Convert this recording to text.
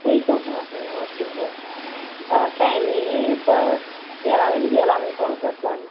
eight தௌசணா sir okay sir ஆ timing எப்போ ஏழாந்தேதி ஏழாந்தேதி போகிறோம் சார் ப்ளானிங்